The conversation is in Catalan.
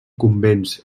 convents